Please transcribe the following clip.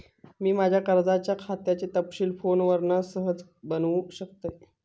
मी माज्या कर्जाच्या खात्याचे तपशील फोनवरना सहज बगुक शकतय